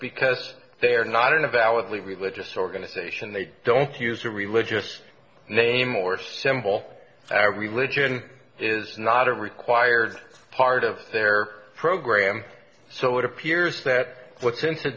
because they are not in a validly religious organization they don't use a religious name or symbol their religion is not a required part of their program so it appears that what's in